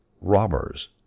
robbers